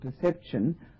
perception